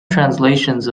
translations